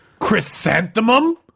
Chrysanthemum